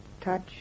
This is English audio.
touch